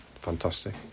fantastic